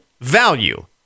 value